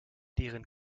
deren